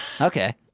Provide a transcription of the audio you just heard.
okay